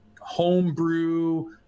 homebrew